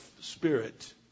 spirit